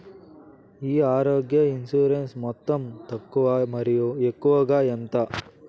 ఈ ఆరోగ్య ఇన్సూరెన్సు మొత్తం తక్కువ మరియు ఎక్కువగా ఎంత?